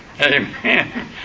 Amen